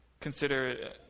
consider